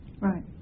right